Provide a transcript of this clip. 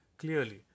Clearly